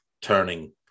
turning